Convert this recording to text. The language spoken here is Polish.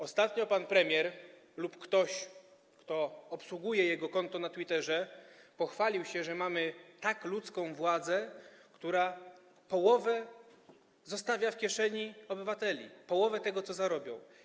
Ostatnio pan premier lub ktoś, kto obsługuje jego konto na Twitterze, pochwalił się, że mamy tak ludzką władzę, która połowę zostawia w kieszeni obywateli, połowę tego, co zarobią.